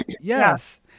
yes